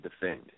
defend